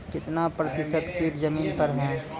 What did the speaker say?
कितना प्रतिसत कीट जमीन पर हैं?